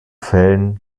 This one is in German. fällen